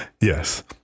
yes